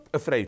afraid